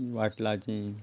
वट्टेलांवाचीं